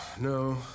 No